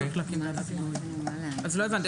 לא הבנתי.